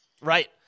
Right